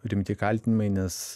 rimti kaltinimai nes